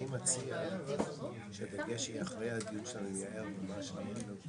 אני מזכירה לך שאני יודעת לרץ ב-15 שניות למקלט.